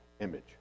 image